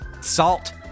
Salt